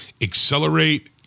accelerate